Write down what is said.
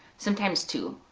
sometimes two.